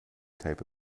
type